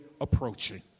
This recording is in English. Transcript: approaching